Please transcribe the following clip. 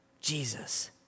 Jesus